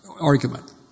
argument